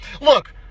Look